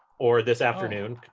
or this afternoon.